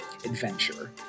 adventure